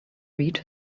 read